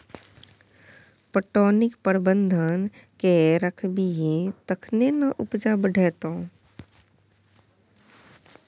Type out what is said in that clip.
पटौनीक प्रबंधन कए राखबिही तखने ना उपजा बढ़ितौ